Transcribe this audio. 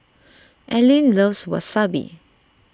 Allyn loves Wasabi